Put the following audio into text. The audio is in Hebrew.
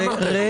אמרת, קריב.